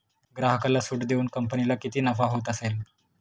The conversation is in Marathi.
ग्राहकाला सूट देऊन कंपनीला किती नफा होत असेल